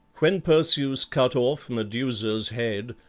when perseus cut off medusa's head,